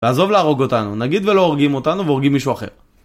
לעזוב להרוג אותנו, נגיד ולא הורגים אותנו והורגים מישהו אחר